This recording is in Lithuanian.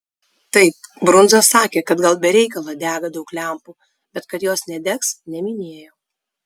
taip brundza sakė kad gal be reikalo dega daug lempų bet kad jos nedegs neminėjo